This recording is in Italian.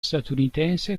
statunitense